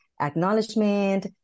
acknowledgement